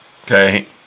Okay